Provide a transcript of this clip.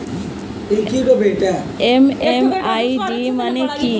MMID মানে কি?